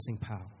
power